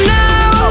now